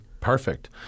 Perfect